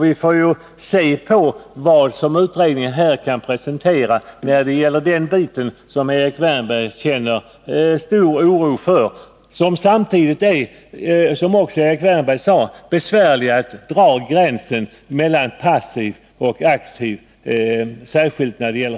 Vi får se vad utredningen kan presentera när det gäller den bit som Erik Wärnberg känner stor oro för. Som Erik Wärnberg sade så är det, särskilt när det gäller skog, besvärligt att dra gränsen mellan passivt och aktivt ägande.